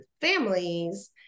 families